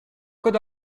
could